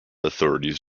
authorities